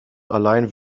allein